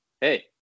hey